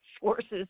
forces